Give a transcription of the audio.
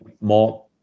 more